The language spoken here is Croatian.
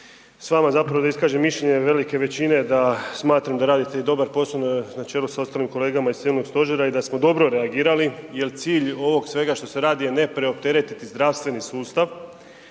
s vama, zapravo da iskažem mišljenje velike većine da smatram da radite dobar posao na čelu s ostalim kolegama iz Civilnog stožera i da smo dobro reagirali jel cilj ovog svega što se radi ne preopteretiti zdravstveni sustav,